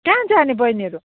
कहाँ जाने बहिनीहरू